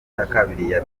yatangiye